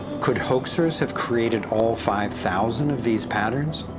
could hoaxers have created all five thousand of these patterns?